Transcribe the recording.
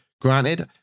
Granted